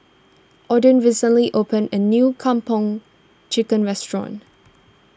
Odin recently opened a new Kung Po Chicken restaurant